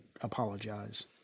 apologize